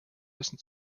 müssen